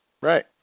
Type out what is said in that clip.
Right